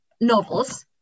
novels